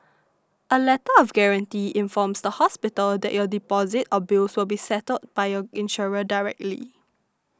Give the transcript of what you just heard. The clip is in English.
a Letter of Guarantee informs the hospital that your deposit or bills will be settled by your insurer directly